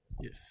Yes